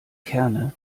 kerne